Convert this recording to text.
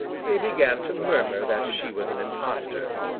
they began to murmur that she was an impostor.